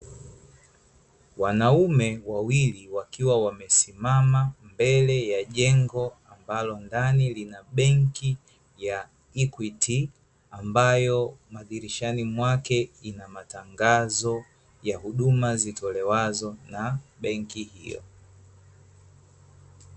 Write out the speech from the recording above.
Wanaume wawili wakiwa wamesimama mbele ya jengo ambalo ndani lina benki ya ''equit'', ambayo madirishani mwake ina matangazo ya huduma zitolewazo na benki hiyo.